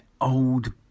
old